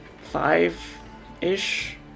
five-ish